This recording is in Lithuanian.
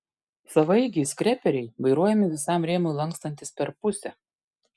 savaeigiai skreperiai vairuojami visam rėmui lankstantis per pusę